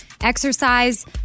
exercise